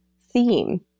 theme